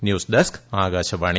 news desk Akashvani